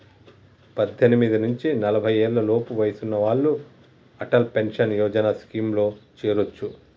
పద్దెనిమిది నుంచి నలభై ఏళ్లలోపు వయసున్న వాళ్ళు అటల్ పెన్షన్ యోజన స్కీమ్లో చేరొచ్చు